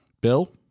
Bill